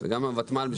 וגם הותמ"ל,